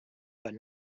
but